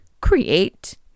create